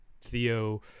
Theo